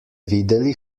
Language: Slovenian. videli